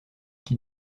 qui